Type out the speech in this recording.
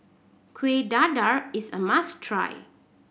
Kuih Dadar is a must try